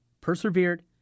persevered